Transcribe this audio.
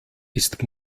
ist